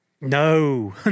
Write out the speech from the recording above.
no